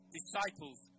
disciples